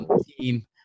team